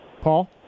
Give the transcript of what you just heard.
Paul